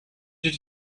did